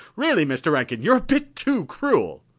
really, mr. rankin, you're a bit too cruel!